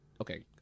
Okay